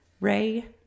Ray